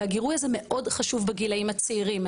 הגירוי הזה מאוד חשוב בגילאים הצעירים.